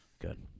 Good